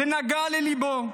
זה נגע לליבו.